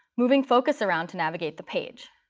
moving focus around to navigate the page.